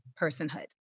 personhood